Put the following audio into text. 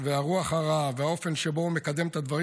והרוח הרעה והאופן שבו הוא מקדם את הדברים